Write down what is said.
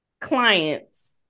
clients